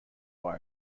via